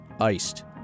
Iced